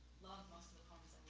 loved most of the poems